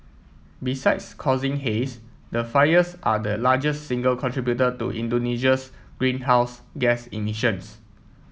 besides causing haze the fires are the largest single contributor to Indonesia's greenhouse gas emissions